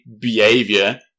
behavior